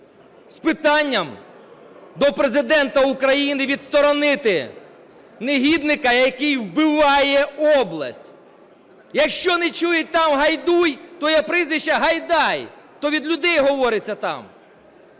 з питанням до Президента України відсторонити негідника, який вбиває область. Якщо не чують там "Гайдуй", твоє прізвище - Гайдай, то від людей говориться так.